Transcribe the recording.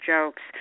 jokes